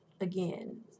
again